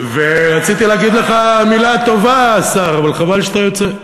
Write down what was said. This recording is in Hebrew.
רציתי להגיד לך מילה טובה, השר, חבל שאתה יוצא.